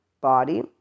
body